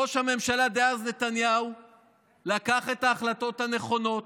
ראש הממשלה דאז נתניהו לקח את ההחלטות הנכונות,